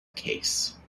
case